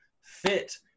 fit